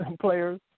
players